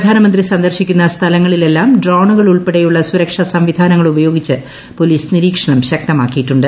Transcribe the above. പ്രധാനമന്ത്രി സന്ദർശിക്കുന്ന സ്ഥലങ്ങളിലെല്ലാം ഡ്രോണുകൾ ഉൾപ്പെടെയുള്ള സുരക്ഷാ സംവിധാനങ്ങൾ ഉപയോഗിച്ച് പോലീസ് നിരീക്ഷണം ശക്തമാക്കിയിട്ടുണ്ട്